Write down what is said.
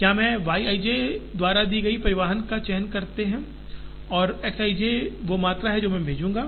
क्या मैं Y i j द्वारा दी गए परिवहन का चयन करते है और X i j वो मात्रा है जो मैं भेजूंगा